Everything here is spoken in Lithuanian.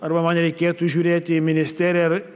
arba man reikėtų žiūrėti į ministeriją ir